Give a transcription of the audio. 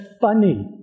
funny